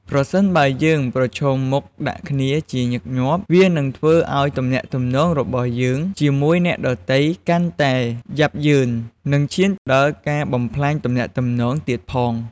ប្រសិនបើយើងប្រឈមមុខដាក់គ្នាជាញឹកញាប់ វានឹងធ្វើឲ្យទំនាក់ទំនងរបស់យើងជាមួយអ្នកដទៃកាន់តែយ៉ាប់យ៉ឺន និងឈានដល់ការបំផ្លាញទំនាក់ទំនងទៀតផង ។